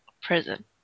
Prison